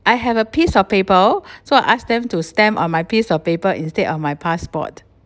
I have a piece of paper so I ask them to stamp on my piece of paper instead of my passport